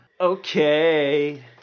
Okay